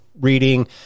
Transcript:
reading